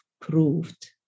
proved